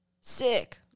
Sick